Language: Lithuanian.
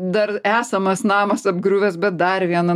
dar esamas namas apgriuvęs bet dar vieną